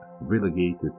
relegated